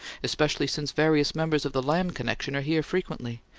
especially since various members of the lamb connection are here frequently.